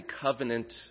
covenant